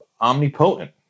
omnipotent